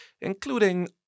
including